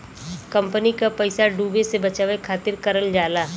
company क पइसा डूबे से बचावे खातिर करल जाला